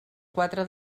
quatre